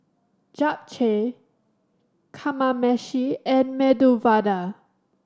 Japchae Kamameshi and Medu Vada